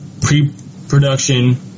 Pre-production